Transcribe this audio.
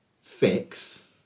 fix